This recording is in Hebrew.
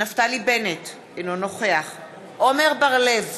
נפתלי בנט, אינו נוכח עמר בר-לב,